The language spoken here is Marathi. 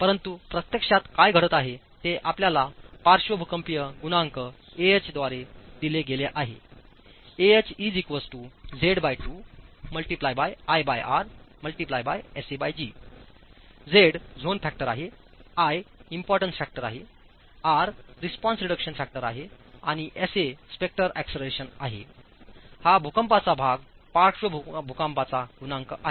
परंतु प्रत्यक्षात काय घडत आहे ते आपल्या पार्श्व भूकंपीय गुणांक Ah द्वारे दिले गेले आहे Z Zone Factor I Importance Factor R Response Reduction Factor Sa Spectral Acceleration हा भूकंपाचा भाग पार्श्व भूकंपाचा गुणांक आहे